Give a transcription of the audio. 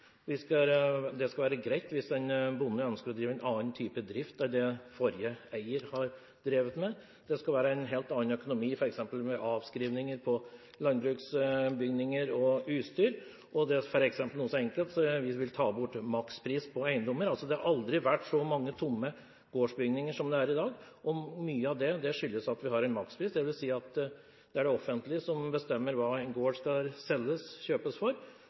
skal være greit å drive med samdrift. Det skal være greit hvis en bonde ønsker en annen type drift enn det den forrige eier har drevet med. Det skal være en helt annen økonomi, f.eks. ved avskrivninger på landbruksbygninger og utstyr, og noe så enkelt som at vi vil ta bort makspris på eiendommer. Det har aldri vært så mange tomme gårdsbygninger som det er i dag. Mye av det skyldes at vi har en makspris, dvs. at det er det offentlige som bestemmer hva en gård skal selges/kjøpes for,